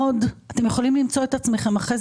אתם יכולים למצוא את עצמכם אחר כך